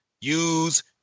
use